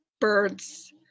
birds